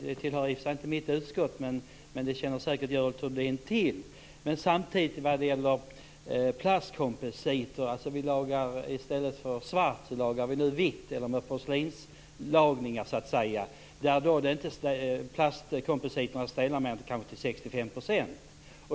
Den tillhör i och för sig inte mitt utskott, men Görel Thurdin känner säkert till det. I stället för svart lagar vi nu vitt med porslinslagningar. Plastkompositerna stelnar kanske inte mer än till 65 %.